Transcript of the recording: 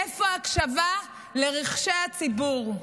איפה ההקשבה לרחשי הציבור?